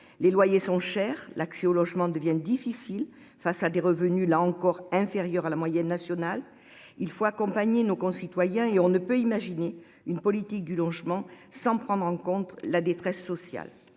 les loyers sont chers. L'accès au logement devient difficile face à des revenus là encore inférieur à la moyenne nationale. Il faut accompagner nos concitoyens et on ne peut imaginer une politique du logement sans prendre en compte la détresse sociale.